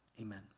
amen